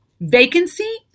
vacancy